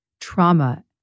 trauma